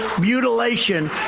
mutilation